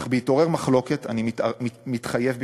אך בהתעורר מחלוקת אני מתחייב בפניכם: